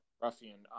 ruffian